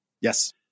Yes